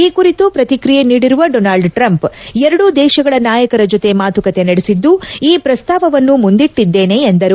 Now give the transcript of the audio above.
ಈ ಕುರಿತು ಪ್ರತಿಕ್ರಿಯೆ ನೀಡಿರುವ ಡೊನಾಲ್ಡ್ ಟ್ರಂಪ್ ಎರಡೂ ದೇಶಗಳ ನಾಯಕರ ಜತೆ ಮಾತುಕತೆ ನಡೆಸಿದ್ದು ಈ ಪ್ರಸ್ತಾವವನ್ನೂ ಮುಂದಿಟ್ಟಿದ್ದೇನೆ ಎಂದರು